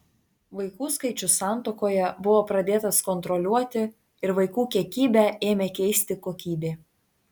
vaikų skaičius santuokoje buvo pradėtas kontroliuoti ir vaikų kiekybę ėmė keisti kokybė